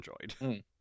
enjoyed